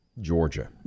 Georgia